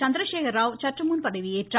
சந்திரசேகரராவ் சற்றுமுன் பதவியேற்றார்